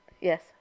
Yes